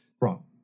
Wrong